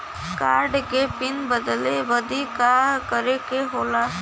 Card क PIN बदले बदी का करे के होला?